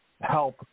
help